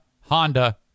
Honda